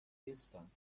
نیستم